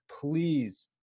Please